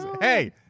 Hey